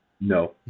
No